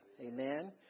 Amen